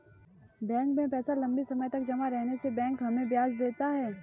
bank में पैसा लम्बे समय तक जमा रहने से बैंक हमें ब्याज देता है